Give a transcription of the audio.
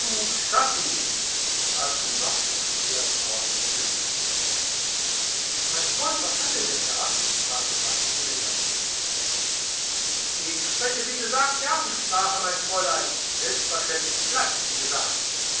dazu machte er ein sehr zorniges gesicht mein gott was hat denn der herr fragte lachend die sängerin ich spreche wie gesagt die affensprache mein fräulein selbstverständlich platt wie gesagt